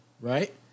Right